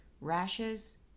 rashes